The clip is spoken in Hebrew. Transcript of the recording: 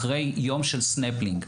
אחרי יום של סנפלינג.